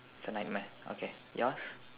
it's a nightmare okay yours